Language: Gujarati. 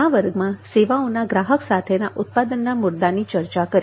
આ વર્ગમાં સેવાઓના ગ્રાહક સાથેના ઉત્પાદનના મુદ્દાની ચર્ચા કરી